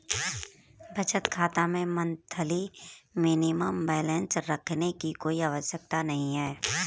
बचत खाता में मंथली मिनिमम बैलेंस रखने की कोई आवश्यकता नहीं है